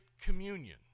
communion